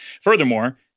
Furthermore